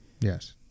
Yes